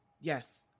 Yes